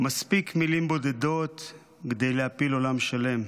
מספיק מילים בודדות / כדי להפיל עולם שלם.